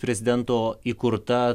prezidento įkurta